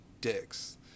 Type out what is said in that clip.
dicks